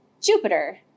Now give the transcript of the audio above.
Jupiter